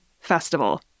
festival